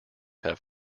have